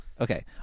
Okay